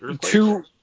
two